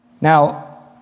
Now